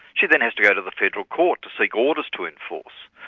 she then has to go to the federal court to seek orders to enforce.